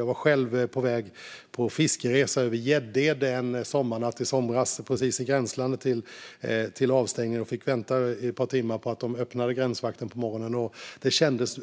Jag var själv på väg på fiskeresa över Gäddede en natt i somras, precis i gränslandet nära avstängningen, och fick vänta ett par timmar på att de öppnade gränsövergången på morgonen. Det kändes